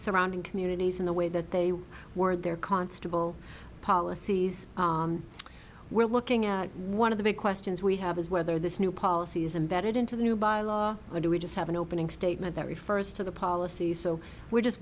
surrounding communities in the way that they were there constable policies we're looking at one of the big questions we have is whether this new policy is embedded into the new bylaw or do we just have an opening statement that refers to the policy so we're just